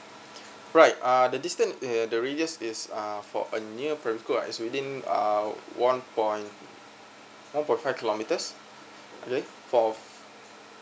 right err the distance err the radius is uh for a near are within uh one point one point five kilometres okay for